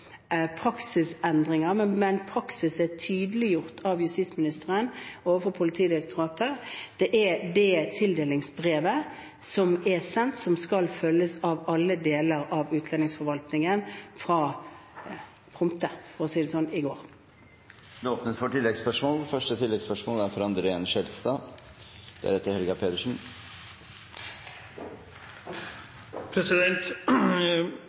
praksisendringer. Men praksis er tydeliggjort av justisministeren overfor Politidirektoratet; det er det tildelingsbrevet som er sendt, som skal følges av alle deler av utlendingsforvaltningen fra prompte – for å si det sånn – i